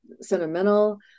sentimental